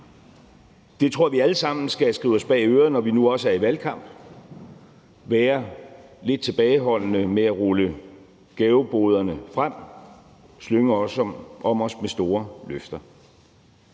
Det tror jeg vi alle sammen skal skrive os bag øret, når vi nu også er i valgkamp. Vi skal være lidt tilbageholdende med at rulle gaveboderne frem og slynge om os med store løfter.